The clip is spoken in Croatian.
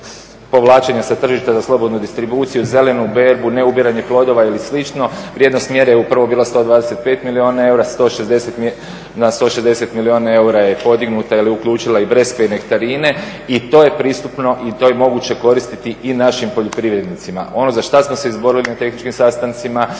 povlačenja sa tržišta za slobodnu distribuciju, zelenu berbu, neubiranje plodova ili slično. Vrijednost mjere je upravo bila 125 milijuna eura na 160 milijun eura je podignuta jer je uključila i breskve i nektarine. I to je pristupno i to je moguće koristiti i našim poljoprivrednicima. Ono za šta smo se izborili na tehničkim sastancima